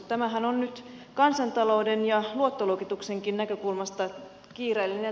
tämähän on nyt kansantalouden ja luottoluokituksenkin näkökulmasta kiireellinen